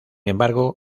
embargo